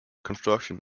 construction